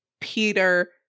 Peter